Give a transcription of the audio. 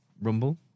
Rumble